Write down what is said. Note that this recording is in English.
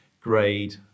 grade